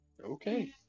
Okay